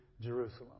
Jerusalem